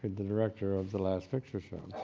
the director of the last picture show,